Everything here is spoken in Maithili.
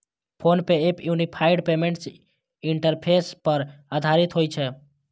PhonePe app unified payments interface पर आधारित होइ छै